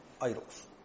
idols